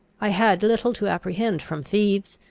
i had little to apprehend from thieves,